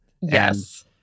Yes